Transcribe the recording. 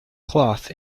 cloth